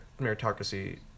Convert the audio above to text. meritocracy